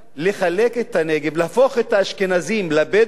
להפוך את האשכנזים לבדואים,